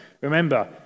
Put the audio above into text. Remember